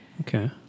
Okay